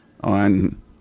on